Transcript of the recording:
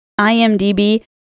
IMDB